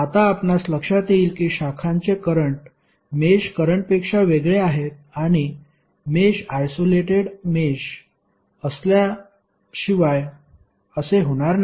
आता आपणास लक्षात येईल की शाखांचे करंट मेष करंटपेक्षा वेगळे आहेत आणि मेष आयसोलेटेड मेष असल्याशिवाय असे होणार नाही